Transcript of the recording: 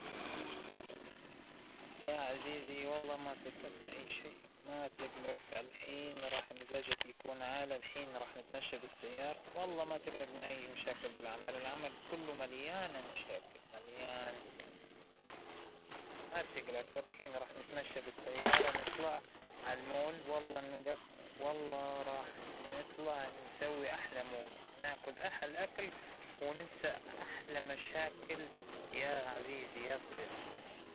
أول شي تساوي كل اللى تقدر عليه وزيادة، واحتسب الأجر عند ربك، قوم بواجبك تجاه الشغل على أكمل وجه، إنك توقف قدام المراية بنهاية اليوم، وتحكلها انت سويت اللي عليك بزيادة، هذا الشعور لحاله كفيل أنه ينسيك اي تعب، واي هم واى غم واجهته بالشغل، والشغل كله تعب اصلاً.